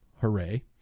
Hooray